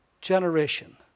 generation